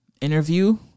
interview